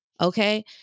Okay